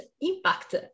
impact